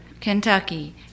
Kentucky